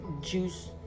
juice